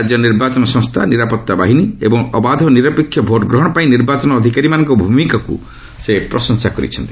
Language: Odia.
ରାଜ୍ୟ ନିର୍ବାଚନ ସଂସ୍ଥା ନିରାପତ୍ତା ବାହିନୀ ଏବଂ ଅବାଧ ଓ ନିରପେକ୍ଷ ଭୋଟ୍ଗ୍ରହଣ ପାଇଁ ନିର୍ବାଚନ ଅଧିକାରୀମାନଙ୍କ ଭୂମିକାକୁ ସେ ପ୍ରଶଂସା କରିଛନ୍ତି